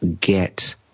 get